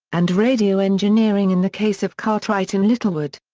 and radio engineering in the case of cartwright and littlewood.